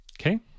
Okay